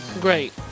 Great